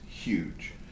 huge